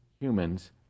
humans